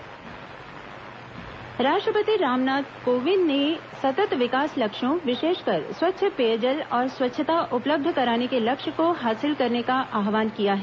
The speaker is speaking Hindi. राष्ट्रपति स्वच्छता राष्ट्रपति रामनाथ कोविंद ने सतत् विकास लक्ष्यों विशेषकर स्वच्छ पेयजल और स्वच्छता उपलब्ध कराने के लक्ष्य को हासिल करने का आह्वान किया है